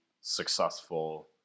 successful